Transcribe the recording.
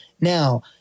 Now